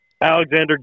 Alexander